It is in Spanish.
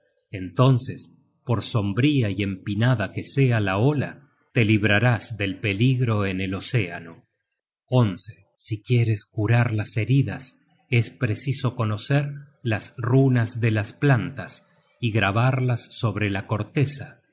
entonces por sombría y empinada que sea la ola te librarás del peligro en el océano divinidades encargadas de velar cada una sobre un hombre tienen bastante analogía con los angeles de la guarda content from google book search generated at si quieres curar las heridas es preciso conocer las runas de las plantas y grabarlas sobre la corteza